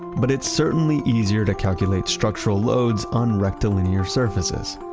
but it's certainly easier to calculate structural loads on recto-linear surfaces,